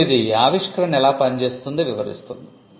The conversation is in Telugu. ఇప్పుడు ఇది ఆవిష్కరణ ఎలా పనిచేస్తుందో వివరిస్తుంది